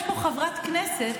יש פה חברת כנסת,